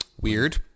Weird